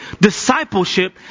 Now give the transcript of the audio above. Discipleship